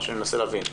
אני מנסה להבין,